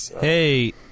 Hey